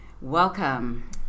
Welcome